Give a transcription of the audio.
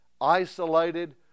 isolated